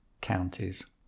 counties